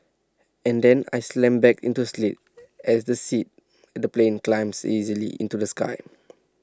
and then I slammed back into sleep as the seat in the plane climbs easily into the sky